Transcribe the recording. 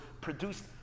produced